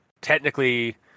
technically